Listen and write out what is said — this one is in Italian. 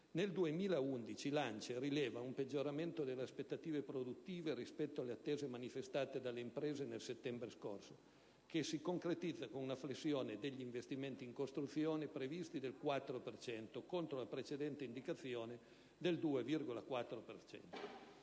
Nel 2011 l'ANCE rileva un peggioramento delle aspettative produttive rispetto alle attese manifestate dalle imprese nel settembre scorso, che si concretizza con una flessione degli investimenti in costruzioni, previsti del 4 per cento, contro la precedente indicazione del 2,4